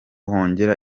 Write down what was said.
hongera